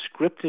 scripted